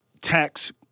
tax